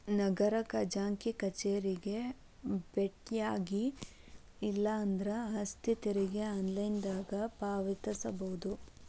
ನಗರ ಖಜಾಂಚಿ ಕಚೇರಿಗೆ ಬೆಟ್ಟ್ಯಾಗಿ ಇಲ್ಲಾಂದ್ರ ಆಸ್ತಿ ತೆರಿಗೆ ಆನ್ಲೈನ್ನ್ಯಾಗ ಪಾವತಿಸಬೋದ